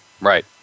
right